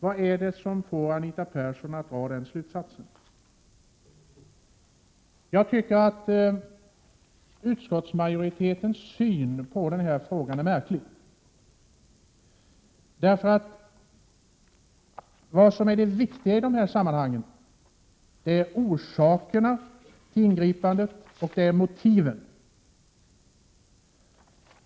Vad är det som får Anita Persson att dra den slutsatsen? Jag tycker att utskottsmajoritetens syn på denna fråga är märklig. Vad som är det viktiga i de här sammanhangen är orsakerna till ingripandet och motiven.